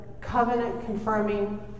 covenant-confirming